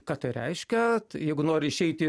ką tai reiškia tai jeigu nori išeiti